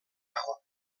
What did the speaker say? dago